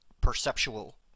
perceptual